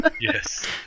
Yes